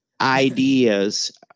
ideas